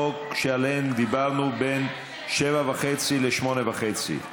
43 בעד, שבעה מתנגדים, אפס נמנעים.